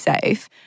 safe